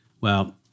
well-